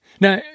now